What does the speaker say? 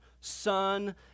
Son